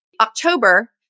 October